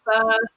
first